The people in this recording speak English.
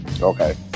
Okay